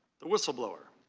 the whistleblower,